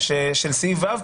של סעיף ו,